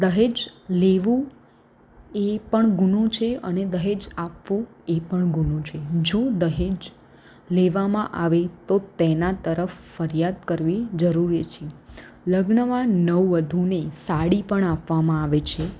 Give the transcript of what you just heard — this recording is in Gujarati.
દહેજ લેવું એ પણ ગુનો છે અને દહેજ આપવું એ પણ ગુનો છે જો દહેજ લેવામાં આવે તો તેના તરફ ફરિયાદ કરવી જરૂરી છે લગ્નમાં નવવધૂને સાડી પણ આપવામાં આવે છે